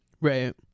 right